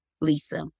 Lisa